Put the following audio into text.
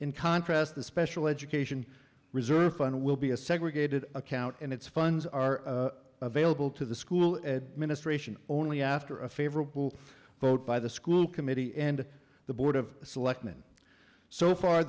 in contrast the special education reserve fund will be a segregated account in its funds are available to the school administration only after a favorable vote by the school committee and the board of selectmen so far